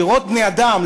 לראות בני-אדם,